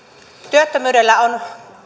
työttömyydellä on